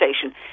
station